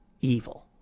evil